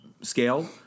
scale